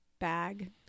bag